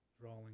drawing